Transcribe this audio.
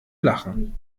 lachen